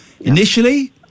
Initially